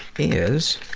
is